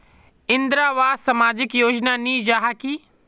इंदरावास सामाजिक योजना नी जाहा की?